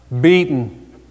beaten